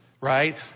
right